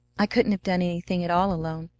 i couldn't have done anything at all alone.